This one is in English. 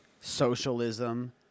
socialism